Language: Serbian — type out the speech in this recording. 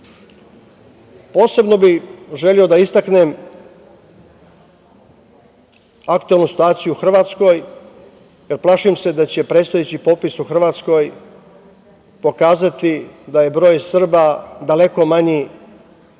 manji. Posebno bih želeo da istaknem aktuelnu situaciju u Hrvatskoj. Plašim se da će predstojeći popis u Hrvatskoj pokazati da je broj Srba daleko manji